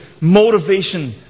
motivation